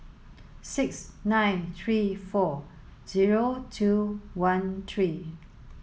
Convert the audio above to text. six nine three four zero two one three